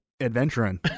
adventuring